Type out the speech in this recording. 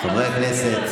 חברי הכנסת.